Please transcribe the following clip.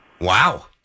Wow